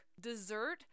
dessert